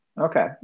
Okay